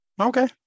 Okay